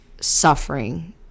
suffering